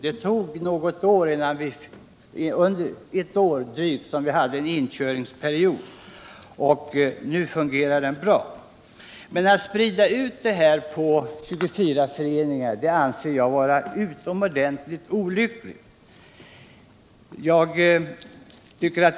Vi hade ett drygt år som inkörningsperiod och nu fungerar det bra. Men att sprida ut detta på 24 föreningar anser jag vara utomordentligt olyckligt.